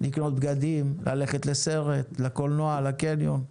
לקנות בגדים, ללכת לקולנוע, לקניון.